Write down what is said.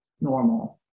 normal